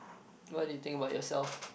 what do you think about yourself